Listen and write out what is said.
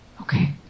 Okay